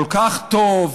כל כך טוב,